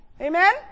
Amen